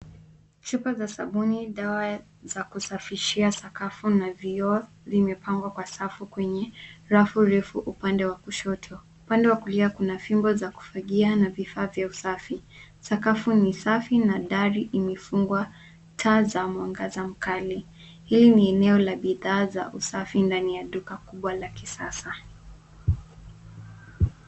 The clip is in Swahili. Chupa za sabuni, dawa za kusafishia sakafu na vioo vimepangwa kwa safu kwenye rafu refu upande wa kushoto. Upande wa kulia kuna fimbo za kufagia na vifaa vya usafi. Sakafu ni safi na dari imefungwa, taa za mwangaza mkali. Hili ni eneo la bidhaa za usafi ndani ya duka kubwa laki sasa.